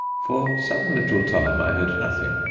for some little time i heard nothing.